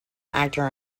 actor